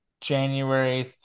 January